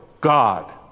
God